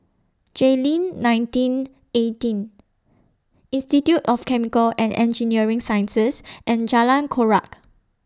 Jayleen nineteen eighteen Institute of Chemical and Engineering Sciences and Jalan Chorak